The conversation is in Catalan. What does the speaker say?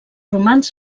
romans